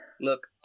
Look